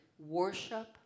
Worship